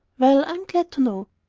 well, i'm glad to know.